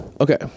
Okay